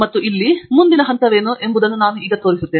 ಮತ್ತು ಇಲ್ಲಿ ಮುಂದಿನ ಹಂತವೇನು ಎಂಬುದನ್ನು ನಾನು ಈಗ ತೋರಿಸುತ್ತಿದ್ದೇನೆ